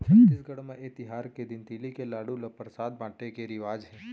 छत्तीसगढ़ म ए तिहार के दिन तिली के लाडू ल परसाद बाटे के रिवाज हे